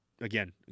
again